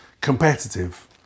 competitive